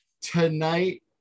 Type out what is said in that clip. Tonight